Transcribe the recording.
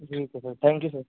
ठीक आहे sir thank you sir